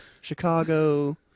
Chicago